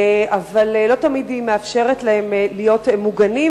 אבל לא תמיד היא מאפשרת להם להיות מוגנים,